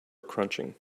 crunching